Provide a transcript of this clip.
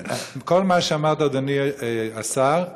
כל מה שאמרת, אדוני השר,